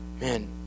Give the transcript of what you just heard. man